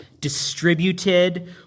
distributed